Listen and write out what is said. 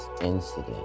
incident